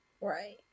right